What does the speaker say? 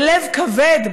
בלב כבד,